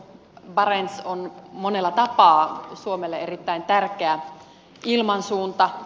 barents on monella tapaa suomelle erittäin tärkeä ilmansuunta